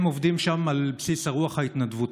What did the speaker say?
הם עובדים שם על בסיס הרוח ההתנדבותית.